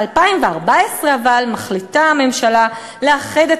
אבל ב-2014 מחליטה הממשלה לאחד את